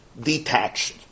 detached